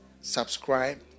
subscribe